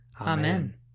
Amen